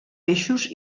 peixos